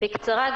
בקצרה,